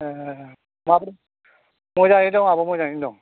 एह मोजाङै दङ आब' मोजाङैनो दं